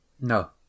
No